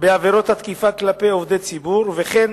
בעבירות התקיפה כלפי עובדי ציבור, וכן